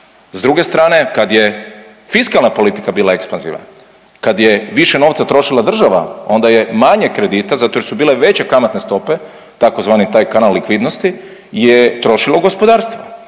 S druge strane kada je fiskalna politika bila ekspanzivna, kada je više novca trošila država onda je manje kredita zato jer su bile veće kamatne stope tzv. taj kanal likvidnosti je trošilo gospodarstvo.